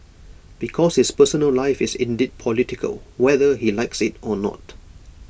because his personal life is indeed political whether he likes IT or not